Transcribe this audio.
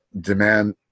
demand